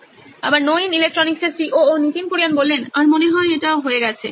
Nitin Kurian C O O নোইন electronics আর মনে হয় এটা হয়ে গেছে